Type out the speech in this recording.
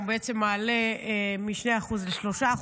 הוא בעצם מעלה מ-2% ל-3%,